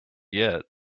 yet